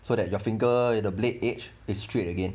so that your finger the blade edge is straight again